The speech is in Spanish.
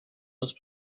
los